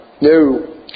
No